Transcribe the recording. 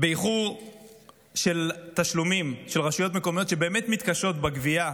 לאיחור בתשלומים לרשויות מקומיות שמתקשות בגבייה.